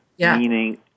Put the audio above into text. meaning